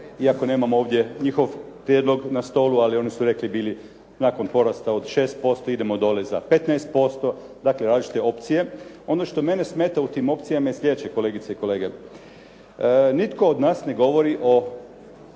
iako nemam ovdje njihov prijedlog na stolu, ali oni su rekli bili nakon porasta od 6% idemo dolje za 15% dakle različite opcije. Ono što mene smeta u tim opcijama je sljedeće kolegice i kolege. Nitko od nas ne govori o